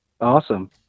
Awesome